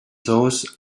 those